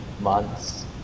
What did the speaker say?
months